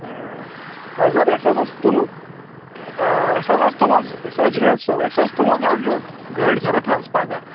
حضرت اَسہِ حظ اوس تُہُنٛد اَسہِ حظ اوس تُہُنٛد سۄ جُنید صٲب اَسہِ حظ تُہُنٛد حظ یہِ گٲڑۍ ضروٗرت حظ پَگہہ